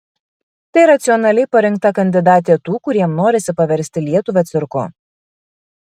tai racionaliai parinkta kandidatė tų kuriems norisi paversti lietuvą cirku